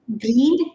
Green